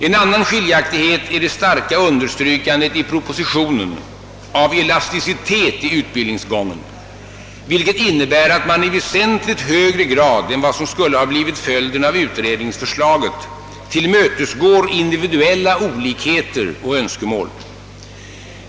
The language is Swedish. En annan skiljaktighet är det starka understrykandet i propositionen av elasticitet i utbildningsgången, vilket innebär att man i väsentligt högre grad än vad som skulle ha blivit följden av utredningsförslaget tillmötesgår individuella olikheter och önskemål.